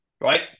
right